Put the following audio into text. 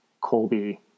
Colby